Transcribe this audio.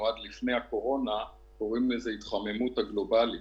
עד לפני הקורונה היה ההתחממות הגלובלית.